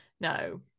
No